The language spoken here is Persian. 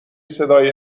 صدای